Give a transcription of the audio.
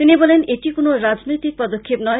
তিনি বলেন এটি কোনো রাজনৈতিক পদক্ষেপ নয়